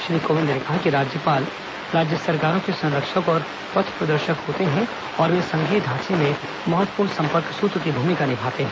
श्री कोविंद ने कहा कि राज्यपाल राज्य सरकारों के संरक्षक और पथ प्रदर्शक होते हैं और वे संघीय ढांचे में महत्वपूर्ण संपर्क सूत्र की भूमिका निभाते हैं